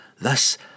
Thus